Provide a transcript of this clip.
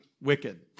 wicked